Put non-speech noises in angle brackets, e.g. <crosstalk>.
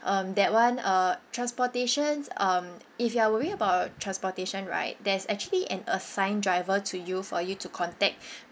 um that [one] uh transportations um if you are worried about transportation right there's actually an assigned driver to you for you to contact <breath>